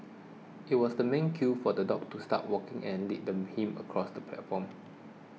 it was the man's cue for the dog to start walking and lead them him across the platform